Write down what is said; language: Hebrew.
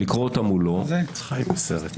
לקרוא אותן, הוא לא קרא אותן.